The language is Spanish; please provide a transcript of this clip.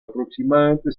aproximadamente